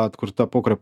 atkurta pokario